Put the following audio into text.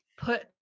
Put